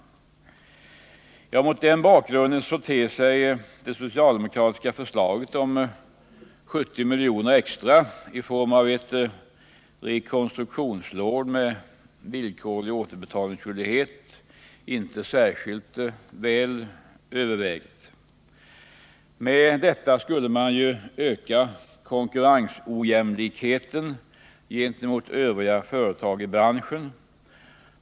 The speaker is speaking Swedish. : Mot denna bakgrund förefaller det socialdemokratiska förslaget om 70 miljoner extra i form av ett rekonstruktionslån med villkorlig återbetalnings skyldighet inte vara särskilt väl övervägt. Med detta skulle man ju öka konkurrensojämlikheten gentemot övriga företag i branschen.